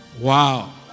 Wow